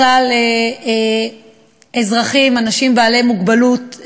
בכלל, אזרחים, אנשים, עם מוגבלות,